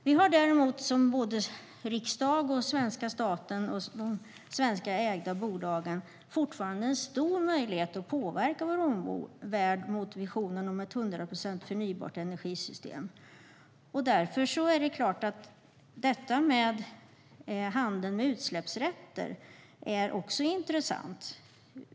Riksdagen och den svenska staten har fortfarande som ägare av de svenska bolagen en stor möjlighet att påverka omvärlden i fråga om visionen om ett hundraprocentigt förnybart energisystem. Därför är handeln med utsläppsrätter intressant.